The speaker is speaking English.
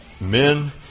Men